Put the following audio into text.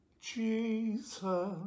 Jesus